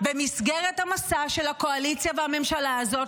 במסגרת המסע של הקואליציה והממשלה הזאת